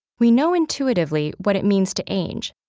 we know intuitively what it means to age.